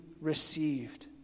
received